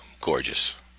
gorgeous